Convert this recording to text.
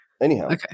anyhow